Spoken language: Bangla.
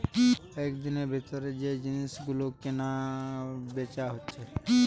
একদিনের ভিতর যে জিনিস গুলো কিনা বেচা হইছে